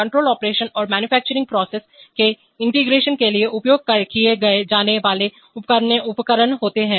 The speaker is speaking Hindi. कंट्रोल ऑपरेशन और मैन्युफैक्चरिंग प्रोसेस के इंटीग्रेशन के लिए उपयोग किए जाने वाले उपकरण होते हैं